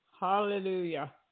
Hallelujah